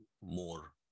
more